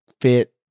fit